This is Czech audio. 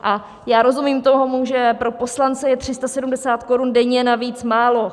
A já rozumím tomu, že pro poslance je 370 korun denně navíc málo.